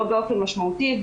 לא באופן משמעותי,